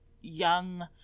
young